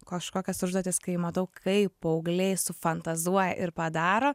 kažkokias užduotis kai matau kaip paaugliai sufantazuoja ir padaro